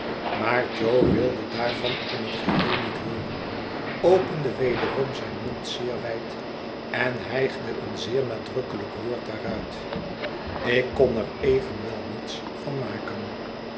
maar jo wilde daarvan in het geheel niet hooren opende wederom zijn mond zeer wijd en hijgde een zeer nadrukkelijk woord daaruit ik kon er evenwel niets van maken